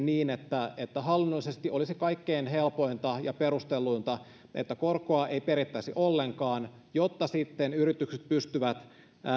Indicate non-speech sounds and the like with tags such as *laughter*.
*unintelligible* niin että hallinnollisesti olisi kaikkein helpointa ja perustelluinta että korkoa ei perittäisi ollenkaan jotta sitten yritykset pystyvät